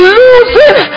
losing